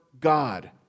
God